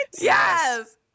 Yes